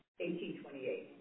1828